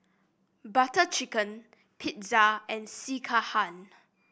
Butter Chicken Pizza and Sekihan